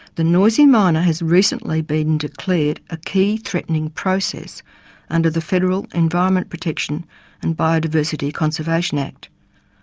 the noisy miner has recently been declared a key threatening process under the federal environment protection and biodiversity conservation act.